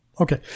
Okay